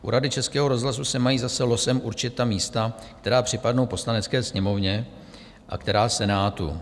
U Rady Českého rozhlasu se mají zase losem určit ta místa, která připadnou Poslanecké sněmovně a která Senátu.